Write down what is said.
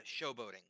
showboating